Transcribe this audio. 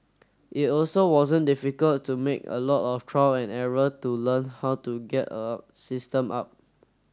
it also wasn't difficult to make a lot of trial and error to learn how to get a system up